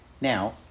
Now